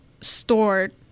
stored